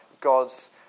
God's